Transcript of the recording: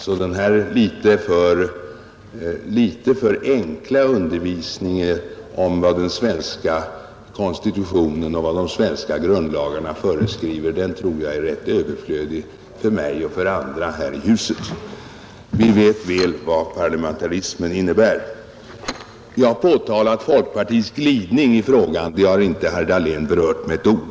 Så den här litet för enkla undervisningen om vad den svenska konstitutionen och vad de svenska grundlagarna föreskriver tror jag är rätt överflödig för mig och för andra här i huset. Vi vet mycket väl vad parlamentarism innebär. Jag har påtalat folkpartiets glidning i frågan, men det har inte herr Dahlén berört med ett ord.